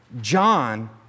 John